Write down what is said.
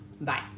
Bye